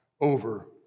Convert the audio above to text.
over